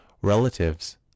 Relatives